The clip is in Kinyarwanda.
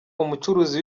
umucuruzi